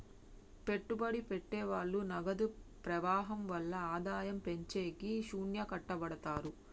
పెట్టుబడి పెట్టె వాళ్ళు నగదు ప్రవాహం వల్ల ఆదాయం పెంచేకి శ్యానా కట్టపడతారు